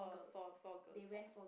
four four girls